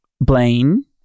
Blaine